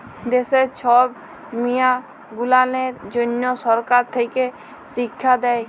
দ্যাশের ছব মিয়াঁ গুলানের জ্যনহ সরকার থ্যাকে শিখ্খা দেই